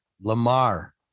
Lamar